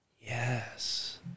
Yes